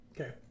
okay